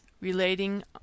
relating